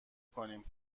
کنیم